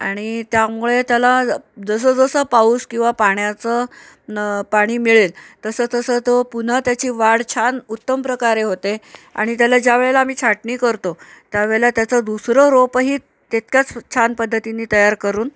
आणि त्यामुळे त्याला जसं जसा पाऊस किंवा पाण्याचं न पाणी मिळेल तसं तसं तो पुन्हा त्याची वाढ छान उत्तम प्रकारे होते आणि त्याला ज्यावेळेला आम्ही छाटणी करतो त्यावेळेला त्याचं दुसरं रोपही तितकंच छान पद्धतीने तयार करून